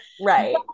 Right